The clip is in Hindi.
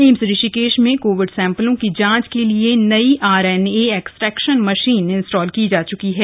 एम्स ऋषिकेश में कोविड सैम्पलों की जांच के लिए नई आरएनए एक्सट्रेक्शन मशीन इन्स्टॉल की जा चुकी है